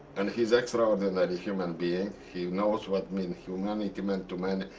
and he is extraordinary human being. he knows what means humanity, man-to-man.